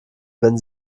wenn